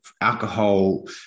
Alcohol